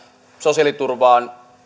sosiaaliturvan